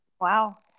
Wow